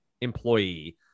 employee